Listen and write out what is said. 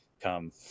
come